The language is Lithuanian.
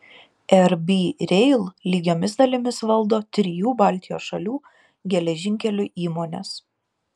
rb rail lygiomis dalimis valdo trijų baltijos šalių geležinkelių įmonės